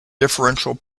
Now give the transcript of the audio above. differential